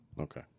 Okay